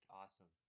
awesome